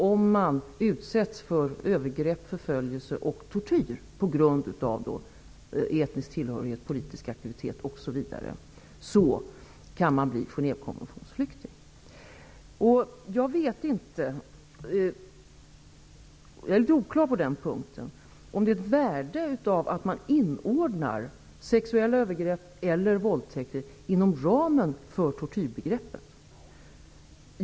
Om man utsätts för övergrepp, förföljelse och tortyr på grund av etnisk tillhörighet, politisk aktivitet osv. kan man bli flykting enligt Genèvekonventionen. Jag vet inte -- jag är litet oklar på den punkten -- om det finns ett värde i att man inordnar sexuella övergrepp eller våldtäkter inom ramen för tortyrbegreppet.